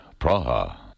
Praha